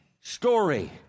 story